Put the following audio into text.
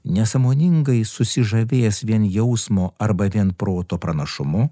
nesąmoningai susižavėjęs vien jausmo arba vien proto pranašumu